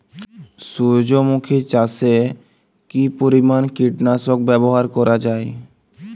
সূর্যমুখি চাষে কি পরিমান কীটনাশক ব্যবহার করা যায়?